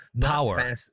power